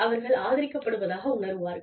அவர்கள் ஆதரிக்கப்படுவதாக உணருவார்கள்